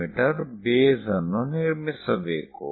me base ಅನ್ನು ನಿರ್ಮಿಸಬೇಕು